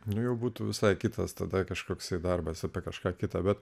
nu jau būtų visai kitas tada kažkoks darbas apie kažką kita bet